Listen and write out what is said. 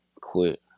quit